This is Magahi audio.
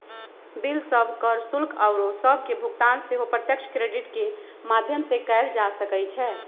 बिल सभ, कर, शुल्क आउरो सभके भुगतान सेहो प्रत्यक्ष क्रेडिट के माध्यम से कएल जा सकइ छै